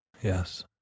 Yes